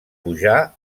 pujar